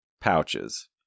pouches